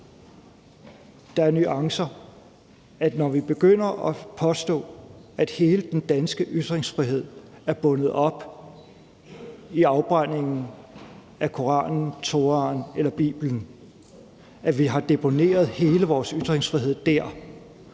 om, er nuancerne i det. Når vi begynder at påstå, at hele den danske ytringsfrihed er bundet op på afbrændingen af Koranen, Toraen eller Biblen, og at vi har deponeret hele vores ytringsfrihed der,